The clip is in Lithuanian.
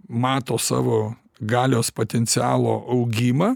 mato savo galios potencialo augimą